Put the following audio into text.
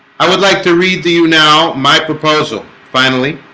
i would like to read to you now my proposal finally